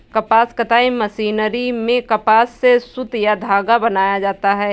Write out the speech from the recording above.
कपास कताई मशीनरी में कपास से सुत या धागा बनाया जाता है